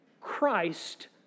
Christ